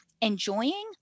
enjoying